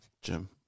Jim